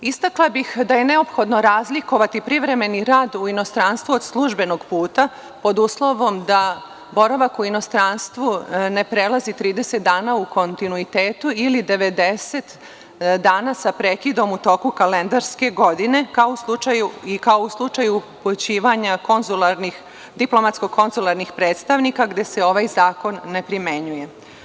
Istakla bih da je neophodno razlikovati privremeni rad u inostranstvu od službenog puta, pod uslovom da boravak u inostranstvu ne prelazi 30 dana u kontinuitetu ili 90 dana sa prekidom u toku kalendarske godine, kao i u slučaju upućivanja diplomatsko-konzularnih predstavnika gde se ovaj zakon ne primenjuje.